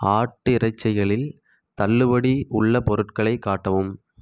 ஆட்டிறைச்சிகளில் தள்ளுபடி உள்ள பொருட்களை காட்டவும்